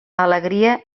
alegria